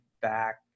back